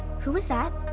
who was that?